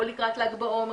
או לקראת ל"ג בעומר,